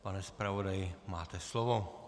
Pane zpravodaji, máte slovo.